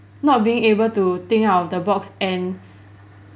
not being able to think out of the box and